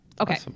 okay